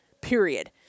period